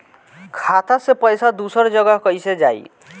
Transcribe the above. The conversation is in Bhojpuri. खाता से पैसा दूसर जगह कईसे जाई?